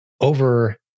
Over